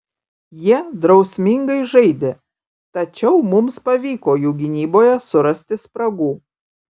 jie drausmingai žaidė tačiau mums pavyko jų gynyboje surasti spragų